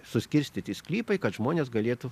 suskirstyti sklypai kad žmonės galėtų